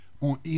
on